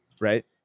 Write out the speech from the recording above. right